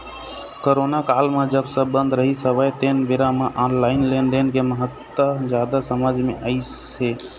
corona काल म जब सब बंद रहिस हवय तेन बेरा म ऑनलाइन लेनदेन के महत्ता जादा समझ मे अइस हे